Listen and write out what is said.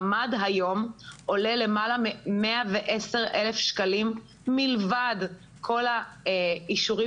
ממ"ד היום עולה למעלה מ-110 אלף שקלים מלבד כל האישורים